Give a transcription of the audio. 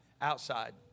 outside